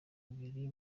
biri